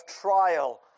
trial